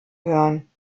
hören